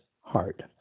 heart